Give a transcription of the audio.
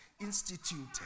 instituted